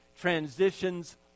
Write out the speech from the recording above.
transitions